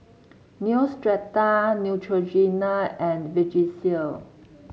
Neostrata Neutrogena and Vagisil